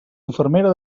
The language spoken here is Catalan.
infermera